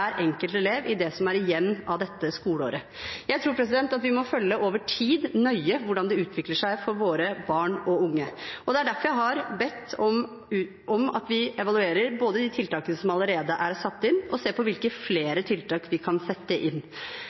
enkelt elev i det som er igjen av dette skoleåret. Jeg tror at vi over tid må følge nøye med på hvordan det utvikler seg for våre barn og unge. Det er derfor jeg har bedt om at vi evaluerer de tiltakene som allerede er satt inn, og at vi ser på hvilke flere tiltak vi kan sette inn.